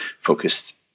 focused